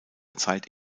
zeit